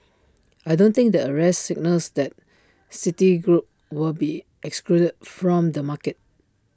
I don't think the arrest signals that citigroup will be excluded from the market